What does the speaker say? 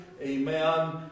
Amen